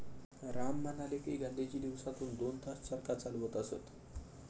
राम म्हणाले की, गांधीजी दिवसातून दोन तास चरखा चालवत असत